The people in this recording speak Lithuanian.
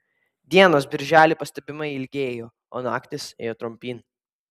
dienos birželį pastebimai ilgėjo o naktys ėjo trumpyn